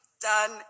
done